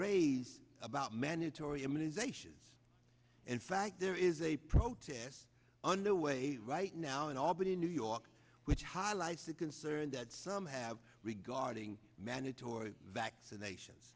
raised about mandatory immunizations and fact there is a protest underway right now in albany new york which highlights the concern that some have regarding mandatory vaccinations